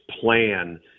plan